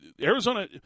Arizona